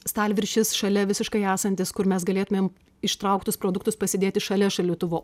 stalviršis šalia visiškai esantis kur mes galėtumėm ištraukt tuos produktus pasidėti šalia šaldytuvo